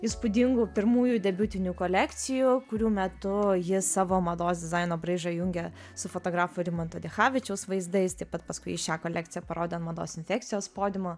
įspūdingų pirmųjų debiutinių kolekcijų kurių metu ji savo mados dizaino braižą jungia su fotografo rimanto dichavičiaus vaizdais taip pat paskui ji šią kolekciją parodė an mados infekcijos podiumo